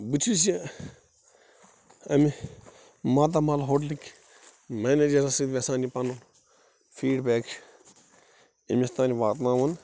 بہٕ چھُس یہِ امہِ ماتامال ہو ٹلٕکۍ میٚنیجرس سۭتۍ یَژھان یہِ پنُن فیٖڈ بیک أمِس تانۍ واتہٕ ناوُن